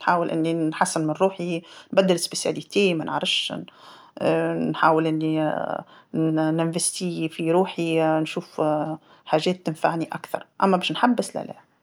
نحاول أني ن- نحسن من روحي، نبدل التخصص، ما نعرفش نحاول أني نانفاستي في روحي نشوف حاجات تنفعني أكثر، أما باش نحبس لا لا.